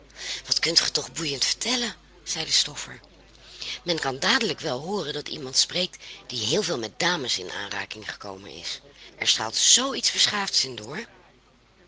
wat kunt ge toch boeiend vertellen zei de stoffer men kan dadelijk wel hooren dat iemand spreekt die heel veel met dames in aanraking gekomen is er straalt zoo iets beschaafds in door